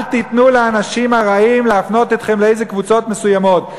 אל תיתנו לאנשים הרעים להפנות אתכם לאיזה קבוצות מסוימות.